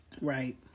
Right